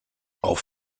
auf